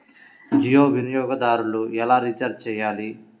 జియో వినియోగదారులు ఎలా రీఛార్జ్ చేయాలి?